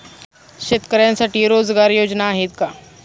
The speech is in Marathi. शेतकऱ्यांसाठी रोजगार योजना आहेत का?